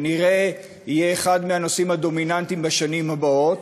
וכנראה יהיה אחד הנושאים הדומיננטיים בשנים הבאות,